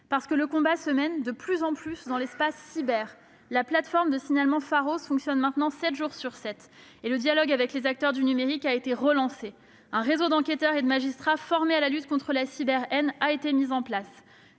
Parce que le combat se mène de plus en plus dans l'espace cyber, la plateforme de signalements Pharos fonctionne maintenant sept jours sur sept, et le dialogue avec les acteurs du numérique a été relancé. Un réseau d'enquêteurs et de magistrats formés à la lutte contre la cyberhaine a été mis en place.